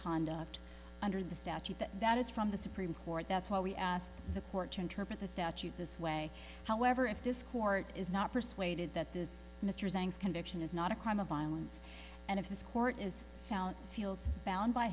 conduct under the statute but that is from the supreme court that's why we asked the court to interpret the statute this way however if this court is not persuaded that this mr zangs conviction is not a crime of violence and if this court is found feels bound by